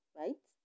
right